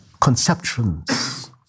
conceptions